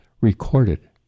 recorded